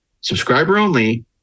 subscriber-only